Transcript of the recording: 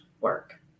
work